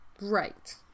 Right